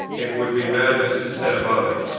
it would be madness to set about it.